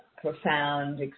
profound